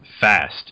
fast